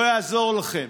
לא יעזור לכם,